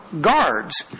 guards